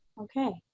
ok,